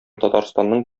татарстанның